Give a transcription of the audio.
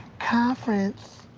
conference.